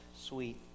sweet